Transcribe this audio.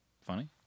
funny